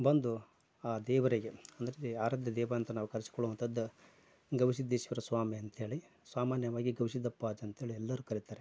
ಬಂದು ಆ ದೇವರಿಗೆ ಅಂದರೆ ಆರಾಧ್ಯ ದೇವ ಅಂತ ನಾವು ಕರ್ಸ್ಕೋಳೋವಂಥದ್ದು ಗವಿಸಿದ್ಧೇಶ್ವರ ಸ್ವಾಮಿ ಅಂತೇಳಿ ಸಾಮಾನ್ಯವಾಗಿ ಗವಿಸಿದ್ಧಪಾಜಿ ಅಂತೇಳಿ ಎಲ್ಲರು ಕರಿತಾರೆ